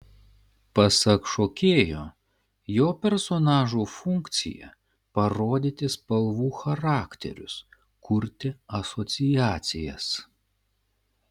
pasak šokėjo jo personažo funkcija parodyti spalvų charakterius kurti asociacijas